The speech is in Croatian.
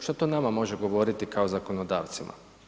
Što to nama može govoriti kao zakonodavcima?